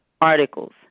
articles